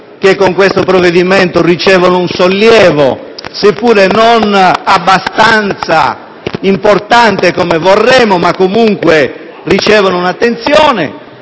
che con questo provvedimento ricevono un sollievo, seppure non abbastanza importante come vorremmo, ma comunque ricevono attenzione.